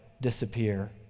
disappear